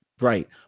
right